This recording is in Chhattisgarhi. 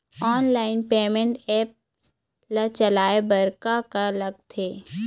ऑनलाइन पेमेंट एप्स ला चलाए बार का का लगथे?